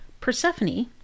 Persephone